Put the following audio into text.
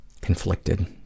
conflicted